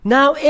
Now